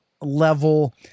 level